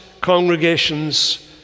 congregations